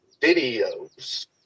videos